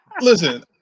Listen